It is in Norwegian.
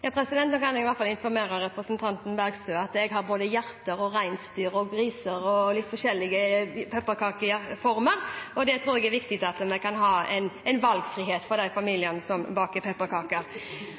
kan jeg i hvert fall informere representanten Bergstø om at jeg har både hjerter, reinsdyr, griser og litt forskjellige pepperkakeformer. Jeg tror det er viktig at vi kan ha valgfrihet for de familiene som baker pepperkaker.